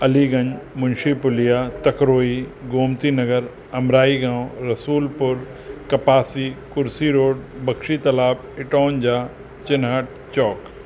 Aliganj Munshi Puliya Takrohi Gomti Nagar Amrai Gaon Rasulpur Kapasi Kursi road Bakshi Talab Itaunja Chinhat Chowk